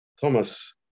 Thomas